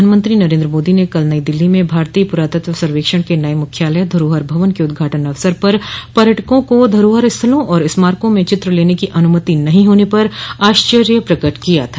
प्रधानमंत्री नरेंद्र मोदी ने कल नई दिल्ली में भारतीय पुरातत्व सर्वेक्षण के नये मुख्यालय धरोहर भवन के उदघाटन अवसर पर पर्यटकों को धरोहर स्थलों और स्मारकों में चित्र लेने की अनुमति नहीं होने पर आश्चर्य प्रकट किया था